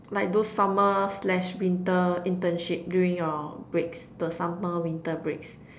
like those summer slash winter internship during your breaks the summer winter breaks